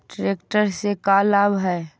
Tractor से का लाभ है?